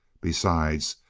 besides,